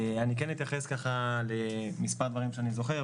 אני כן אתייחס למספר דברים שאני זוכר,